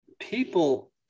people